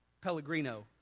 pellegrino